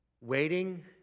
waiting